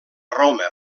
roma